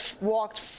walked